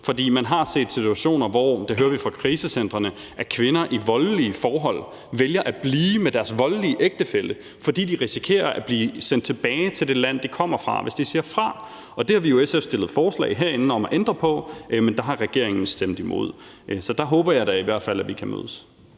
For man har set situationer – det hører vi fra krisecentrene – hvor kvinder i voldelige forhold vælger at blive hos deres voldelige ægtefælle, fordi de risikerer at blive sendt tilbage til det land, de kommer fra, hvis de siger fra. Det har vi i SF fremsat forslag herinde om at ændre på, men det har regeringen stemt imod. Så der håber jeg da i hvert fald vi kan mødes.